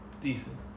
decent